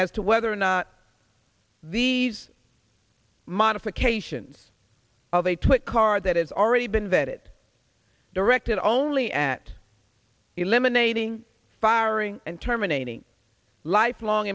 as to whether or not these modifications of a twit card that has already been vetted directed only at eliminating firing and terminating lifelong